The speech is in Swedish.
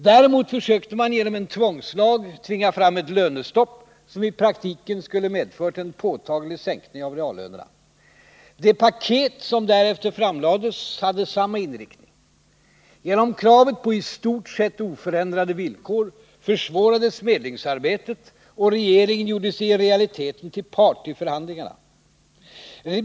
Däremot försökte man genom en tvångslag tvinga fram ett lönestopp som i praktiken skulle medfört en påtaglig sänkning av reallönerna. Det paket som därefter framlades hade samma inriktning. Genom kravet på ”i stort sett oförändrade villkor” försvårades medlingsarbetet, och regeringen gjorde sig i realiteten till part i förhandlingarna.